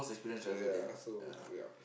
ya so ya